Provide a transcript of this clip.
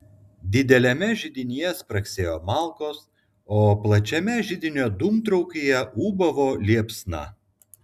dideliame židinyje spragsėjo malkos o plačiame židinio dūmtraukyje ūbavo liepsna